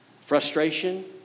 Frustration